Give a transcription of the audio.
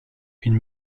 une